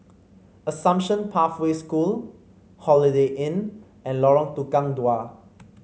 Assumption Pathway School Holiday Inn and Lorong Tukang Dua